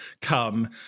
come